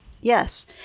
yes